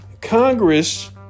Congress